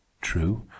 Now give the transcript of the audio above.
True